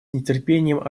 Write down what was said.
нетерпением